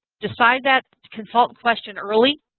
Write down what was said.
decide that consultant question early.